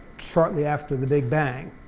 shortly after the big bang.